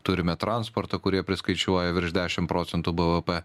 turime transportą kurie priskaičiuoja virš dešim procentų bvp